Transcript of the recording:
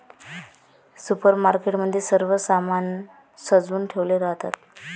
supermarket मध्ये सर्व सामान सजवुन ठेवले राहतात